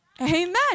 amen